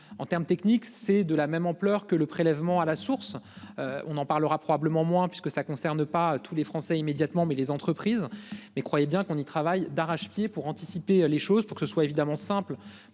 en termes techniques, c'est de la même ampleur que le prélèvement à la source. On en parlera probablement moins puisque ça concerne pas tous les Français, immédiatement, mais les entreprises mais croyez bien qu'on y travaille d'arrache-pied pour anticiper les choses pour que ce soit évidemment simple